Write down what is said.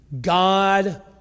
God